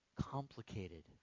complicated